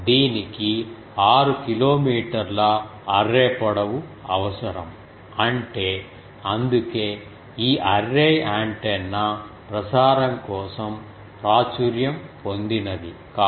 దీనికి 6 కిలోమీటర్ల అర్రే పొడవు అవసరం అంటే అందుకే ఈ అర్రే యాంటెన్నా ప్రసారం కోసం ప్రాచుర్యం పొందినది కాదు